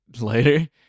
later